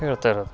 ಹೇಳ್ತಾಯಿರೋದು